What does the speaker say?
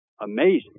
amazing